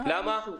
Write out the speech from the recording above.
למה?